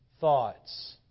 thoughts